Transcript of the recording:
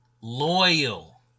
Loyal